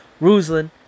Ruslan